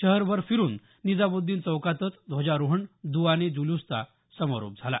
शहरभर फिरून निजामुद्दीन चौकातच ध्वजारोहण दुआने जुलूसचा समारोप झाला